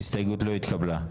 ההסתייגות לא התקבלה.